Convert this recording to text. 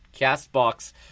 CastBox